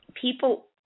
People